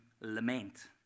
lament